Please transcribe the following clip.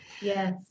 Yes